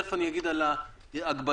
ותכף אגיד על ההגבלות,